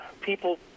people